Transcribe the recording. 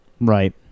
right